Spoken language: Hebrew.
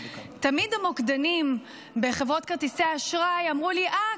תמיד המוקדנים בחברות כרטיסי האשראי אמרו לי: אה,